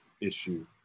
issue